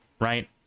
right